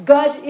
God